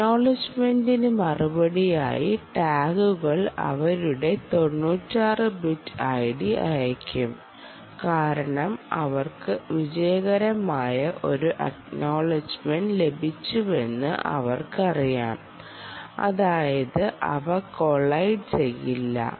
അക്നോളട്ജ്മെന്റിന് മറുപടിയായി ടാഗുകൾ അവരുടെ 96 ബിറ്റ് ഐഡി അയയ്ക്കും കാരണം അവർക്ക് വിജയകരമായ ഒരു അക്നോളട്ജ്മെന്റ് ലഭിച്ചുവെന്ന് അവർക്കറിയാം അതായത് അവ കൊളയ്ഡ് ചെയ്യില്ല